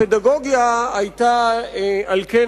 הפדגוגיה היתה על כן,